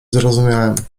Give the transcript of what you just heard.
zrozumiałem